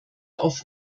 auf